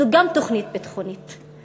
זאת גם תוכנית ביטחונית.